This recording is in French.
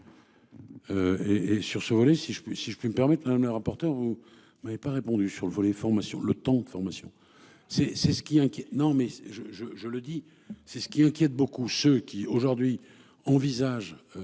si je peux si je puis me permettre hein le rapporteur. Vous m'avez pas répondu sur le volet formation. Le temps de formation c'est c'est ce qui inquiète. Non mais je je je le dis, c'est ce qui inquiète beaucoup ceux qui aujourd'hui envisagent